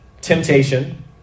temptation